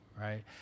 right